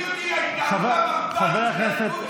חברי הכנסת,